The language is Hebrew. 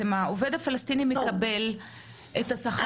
העובד הפלסטיני מקבל את השכר